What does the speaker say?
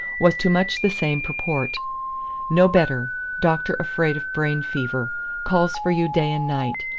was to much the same purport no better doctor afraid of brain-fever. calls for you day and night.